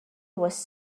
was